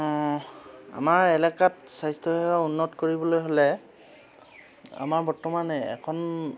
অঁ আমাৰ এলেকাত স্বাস্থ্যসেৱা উন্নত কৰিবলৈ হ'লে আমাৰ বৰ্তমানে এখন